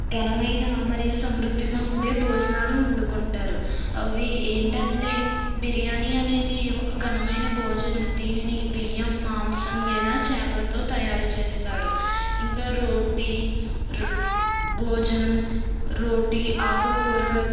ఘనమైన మరియు సమృద్ధిగా ఉండే భోజనాలు వండుకుంటారు అవి ఏంటంటే బిర్యానీ అనేది ఒక ఘనమైన భోజనం దీనిని బియ్యం మాంసం లేదా చేపలతో తయారుచేస్తారు ఇంకా రోటి భోజనం రోటి ఆకుకూరల